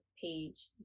page